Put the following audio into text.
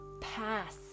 pass